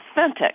authentic